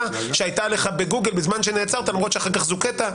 שהייתה עליך בגוגל בזמן שנעצרת למרות שאחר כך זוכית,